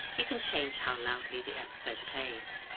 you can change how loudly the episode plays.